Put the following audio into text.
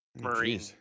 marine